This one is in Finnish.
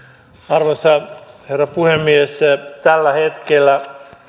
arvoisa herra puhemies tällä hetkellä